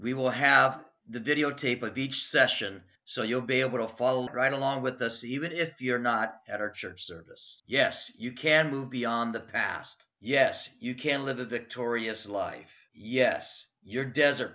we will have the videotape of each session so you'll be able to follow right along with us even if you're not at our church service yes you can move beyond the past yes you can live a victorious life yes your desert